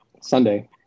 Sunday